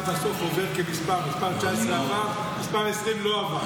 אתה בסוף עובר כמספר, מס' 19 עבר, מס' 20 לא עבר.